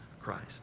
Christ